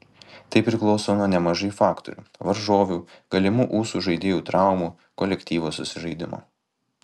tai priklauso nuo nemažai faktorių varžovių galimų ūsų žaidėjų traumų kolektyvo susižaidimo